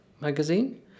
magazine